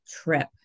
trip